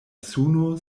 suno